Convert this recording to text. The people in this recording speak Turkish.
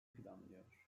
planlıyor